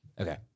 Okay